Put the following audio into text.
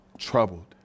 Troubled